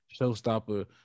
Showstopper